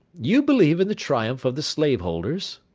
you believe in the triumph of the slave-holders?